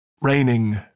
raining